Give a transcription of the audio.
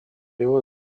его